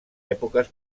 èpoques